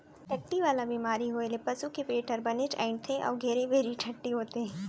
टट्टी वाला बेमारी होए ले पसू के पेट हर बनेच अइंठथे अउ घेरी बेरी टट्टी होथे